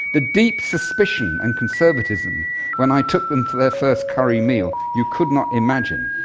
the deep suspicion and conservatism when i took them for their first curry meal, you could not imagine.